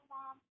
Mom